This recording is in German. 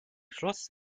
schluss